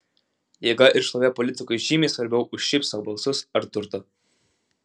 jėga ir šlovė politikui žymiai svarbiau už šiaip sau balsus ar turtą